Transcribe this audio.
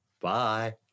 Bye